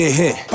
hit